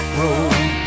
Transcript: road